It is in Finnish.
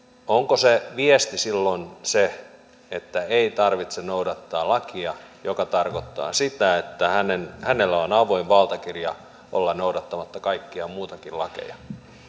onko se viesti silloin se että ei tarvitse noudattaa lakia mikä tarkoittaa sitä että hänellä on avoin valtakirja olla noudattamatta kaikkia muitakin lakeja